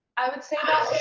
i would say